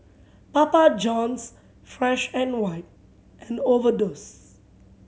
Papa Johns Fresh and White and Overdose